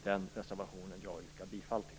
Den reservationen yrkar jag bifall till.